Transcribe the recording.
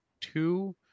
two